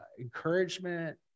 encouragement